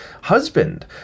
husband